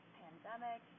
pandemic